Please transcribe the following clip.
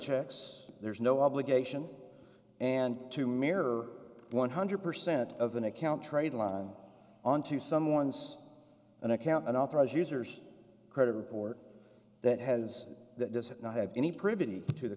checks there's no obligation and to mirror one hundred percent of an account trade line onto someone's an account an authorized users credit report that has that does not have any